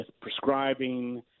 prescribing